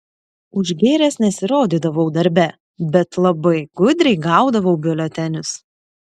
užgėręs nesirodydavau darbe bet labai gudriai gaudavau biuletenius